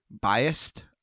Biased